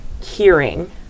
hearing